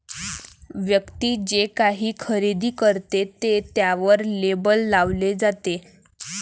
व्यक्ती जे काही खरेदी करते ते त्यावर लेबल लावले जाते